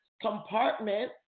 compartment